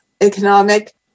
economic